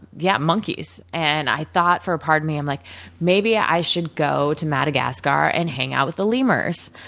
yeah monkeys. and, i thought for a part of me, and like maybe i should go to madagascar and hang out with the lemurs,